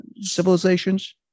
civilizations